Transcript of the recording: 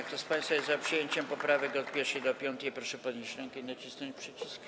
Kto z państwa jest za przyjęciem poprawek od 1. do 5., proszę podnieść rękę i nacisnąć przycisk.